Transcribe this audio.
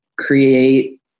create